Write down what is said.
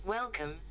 Welcome